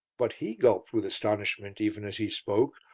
but he gulped with astonishment even as he spoke,